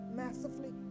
massively